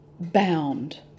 bound